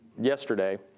yesterday